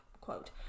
quote